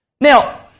Now